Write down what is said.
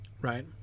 right